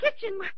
kitchen